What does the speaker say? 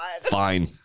Fine